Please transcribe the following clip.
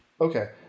Okay